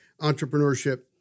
entrepreneurship